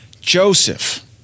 Joseph